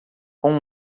com